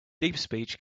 deepspeech